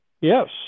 Yes